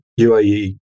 UAE